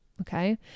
Okay